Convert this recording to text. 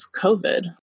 COVID